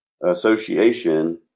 association